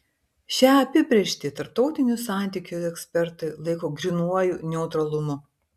šią apibrėžtį tarptautinių santykių ekspertai laiko grynuoju neutralumu